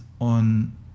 on